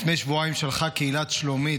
לפני שבועיים שלחה קהילת היישוב שלומית